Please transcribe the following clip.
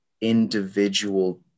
individual